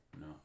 No